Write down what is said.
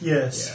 Yes